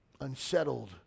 unsettled